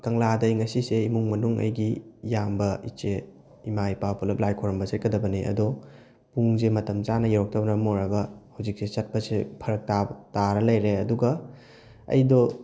ꯀꯪꯂꯥ ꯑꯩ ꯉꯁꯤꯁꯦ ꯏꯃꯨꯡ ꯃꯅꯨꯡ ꯑꯩꯒꯤ ꯏꯌꯥꯝꯕ ꯏꯆꯦ ꯏꯃꯥ ꯏꯄꯥ ꯄꯨꯜꯂꯞ ꯂꯥꯏ ꯈꯣꯔꯝꯕ ꯆꯠꯀꯗꯕꯅꯤ ꯑꯗꯣ ꯄꯨꯡꯁꯦ ꯃꯇꯝ ꯆꯥꯅ ꯌꯧꯔꯛꯇꯕꯅ ꯃꯔꯝ ꯑꯣꯏꯔꯒ ꯍꯧꯖꯤꯛꯁꯦ ꯆꯠꯄꯁꯦ ꯐꯔꯛ ꯇꯥꯔ ꯂꯩꯔꯦ ꯑꯗꯨꯒ ꯑꯩꯗꯣ